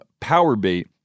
powerbait